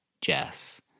Jess